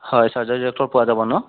হয় চাৰ্জাৰী ডক্টৰ পোৱা যাব ন